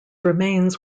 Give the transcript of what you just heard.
remains